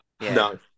No